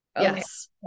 Yes